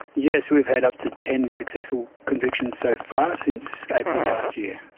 yes, we've had up to ten successful convictions so far since april last year.